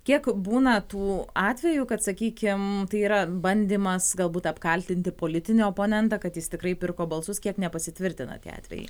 kiek būna tų atvejų kad sakykim tai yra bandymas galbūt apkaltinti politinį oponentą kad jis tikrai pirko balsus kiek nepasitvirtina tie atvejai